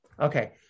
Okay